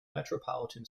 metropolitan